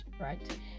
right